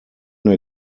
der